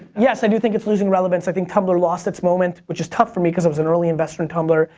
yes, i do think it's losing relevance. i think tumblr lost its moment, which is tough for me cause i was an early investor in tumblr.